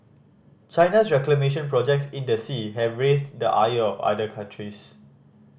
China's reclamation projects in the sea have raised the ire of other countries